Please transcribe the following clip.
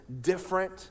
Different